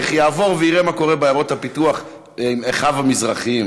יעבור ויראה מה קורה בעיירות הפיתוח עם אחיו המזרחים.